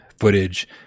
footage